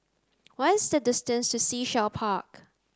what's the distance to Sea Shell Park